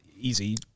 easy